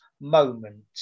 moment